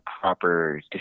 proper